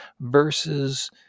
versus